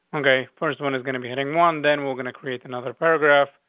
okay, first one is gonna be hitting one. then we're gonna create another paragraph.